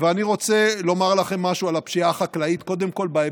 ואני רוצה לומר לכם משהו על הפשיעה החקלאית,